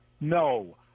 No